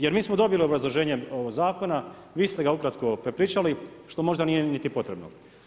Jer mi smo dobili obrazloženje zakona, vi ste ukratko prepričali, što možda nije niti potrebno.